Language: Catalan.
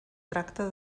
tracte